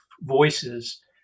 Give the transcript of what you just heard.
voices